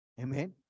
Amen